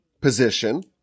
position